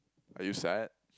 are you sad